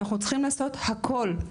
אנחנו צריכים לעשות הכול,